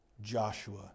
Joshua